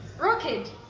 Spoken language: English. Rocket